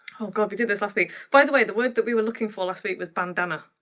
oh god, we did this last week. by the way the word that we were looking for last week was bandana.